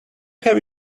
have